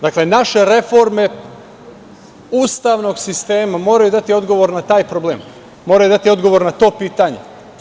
Dakle, naše reforme ustavnog sistema moraju dati odgovor na taj problem, moraju dati odgovor na to pitanje.